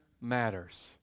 matters